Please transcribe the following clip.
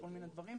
בכל מיני דברים,